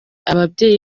ababyeyi